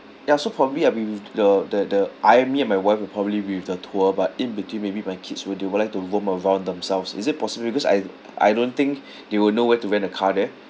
ya so probably ah we we the the the I me and my wife would probably be with the tour but in between maybe my kids would they would like to roam around themselves is it possible because I I don't think they will know where to rent a car there